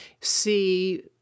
see